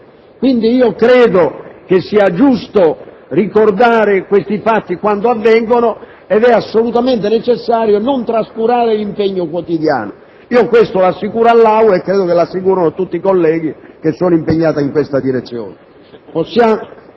diversa. Credo che sia giusto ricordare questi fatti quando avvengono e che sia assolutamente necessario non trascurare l'impegno quotidiano. Questo lo assicuro all'Aula e penso lo assicurino tutti i colleghi che sono impegnati in tale direzione.